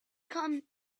come